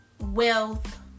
wealth